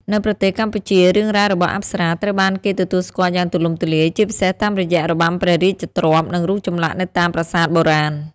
នៅប្រទេសកម្ពុជា រឿងរ៉ាវរបស់អប្សរាត្រូវបានគេទទួលស្គាល់យ៉ាងទូលំទូលាយ ជាពិសេសតាមរយៈរបាំព្រះរាជទ្រព្យ និងរូបចម្លាក់នៅតាមប្រាសាទបុរាណ។